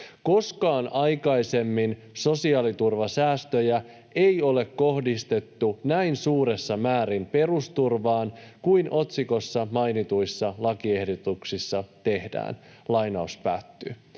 Koskaan aikaisemmin sosiaaliturvasäästöjä ei ole kohdistettu näin suuressa määrin perusturvaan kuin otsikossa mainituissa lakiehdotuksissa tehdään.” Eli kun me